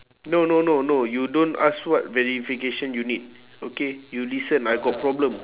no no no no you don't ask what verification you need okay you listen I got problem